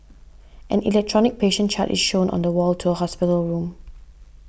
an electronic patient chart is shown on the wall to a hospital room